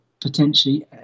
potentially